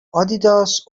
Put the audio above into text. آدیداس